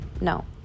no